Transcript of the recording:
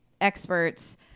experts